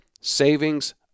savings